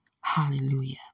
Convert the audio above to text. Hallelujah